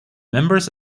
members